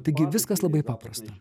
taigi viskas labai paprasta